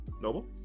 noble